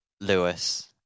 Lewis